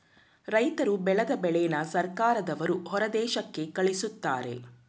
ರೈತರ್ರು ಬೆಳದ ಬೆಳೆನ ಸರ್ಕಾರದವ್ರು ಹೊರದೇಶಕ್ಕೆ ಕಳಿಸ್ತಾರೆ